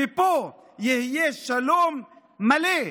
ופה יהיה שלום מלא,